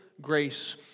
grace